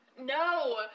no